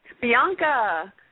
Bianca